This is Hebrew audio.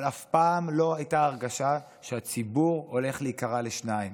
אבל אף פעם לא הייתה הרגשה שהציבור הולך להיקרע לשניים.